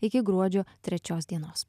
iki gruodžio trečios dienos